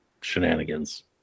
shenanigans